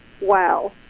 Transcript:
wow